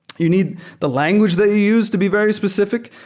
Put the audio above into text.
you need the language that you use to be very specific.